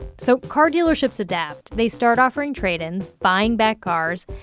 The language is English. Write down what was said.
so car dealerships adapt. they start offering trade-ins, buying back cars.